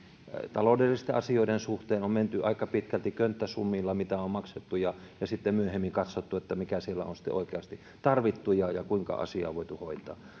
taloudellisten asioiden suhteen on menty aika pitkälti könttäsummilla mitä on maksettu ja ja sitten myöhemmin katsottu mitä siellä on oikeasti tarvittu ja ja kuinka asiaa on voitu hoitaa